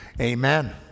amen